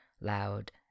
loud